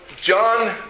John